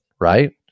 right